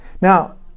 Now